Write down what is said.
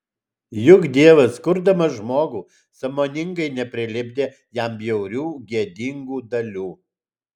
juk dievas kurdamas žmogų sąmoningai neprilipdė jam bjaurių gėdingų dalių